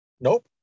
Nope